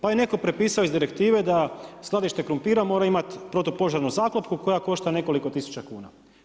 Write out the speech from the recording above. Pa je netko prepisao iz direktive da skladište krumpira mora imati protupožarnu zaklopku koja košta nekoliko tisuća kuna.